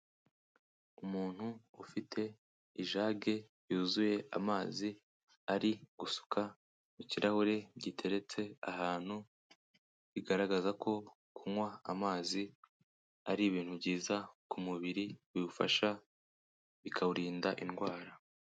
Umuntu ufite ijage yuzuye amazi ari gusuka mu kirahure giteretse ahantu, bigaragaza ko kunywa amazi ari ibintu byiza, ku mubiri biwufasha bikawurinda indwara.